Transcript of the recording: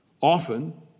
often